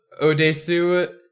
Odesu